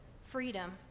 freedom